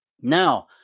Now